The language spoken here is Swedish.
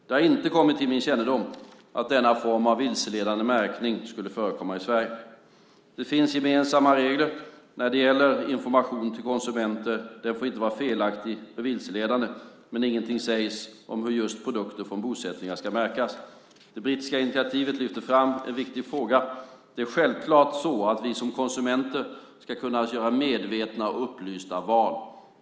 Det har inte kommit till min kännedom att denna form av vilseledande märkning skulle förekomma i Sverige. Det finns gemensamma regler när det gäller information till konsumenter. Den får inte vara felaktig eller vilseledande, men ingenting sägs om hur just produkter från bosättningar ska märkas. Det brittiska initiativet lyfter fram en viktig fråga. Det är självklart så att vi som konsumenter ska kunna göra medvetna och upplysta val.